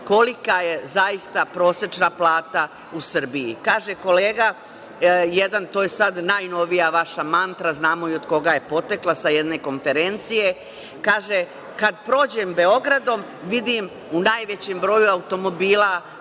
kolika je zaista prosečna plata u Srbiji. Kaže jedan kolega, to je sad najnovija vaša mantra, znamo i od koga je potekla sa jedne konferencije, kaže – kad prođem Beogradom, vidim u najvećem broju automobila